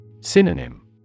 Synonym